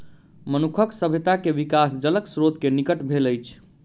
मनुखक सभ्यता के विकास जलक स्त्रोत के निकट भेल अछि